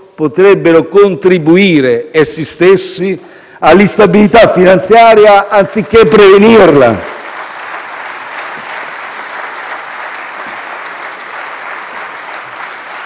potrebbero contribuire essi stessi all'instabilità finanziaria, anziché prevenirla.